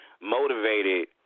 motivated